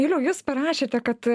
juliau jūs parašėte kad